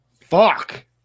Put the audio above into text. Fuck